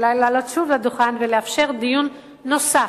אולי לעלות שוב לדוכן ולאפשר דיון נוסף,